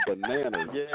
bananas